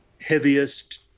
heaviest